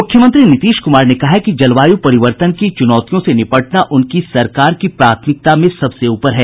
मुख्यमंत्री नीतीश कुमार ने कहा है कि जलवायु परिवर्तन की चुनौतियों से निपटना उनकी सरकार की प्राथमिकता में सबसे ऊपर है